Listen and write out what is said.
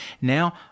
Now